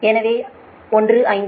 எனவே 1507